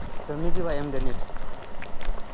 ᱠᱟᱹᱢᱤ ᱜᱮ ᱵᱟᱭ ᱮᱢᱫᱟ ᱱᱮᱹᱴ ᱨᱮ